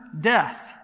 death